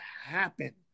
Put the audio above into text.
happen